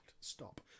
stop